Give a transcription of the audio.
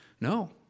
no